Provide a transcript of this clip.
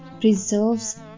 preserves